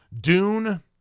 Dune